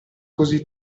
così